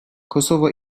kosova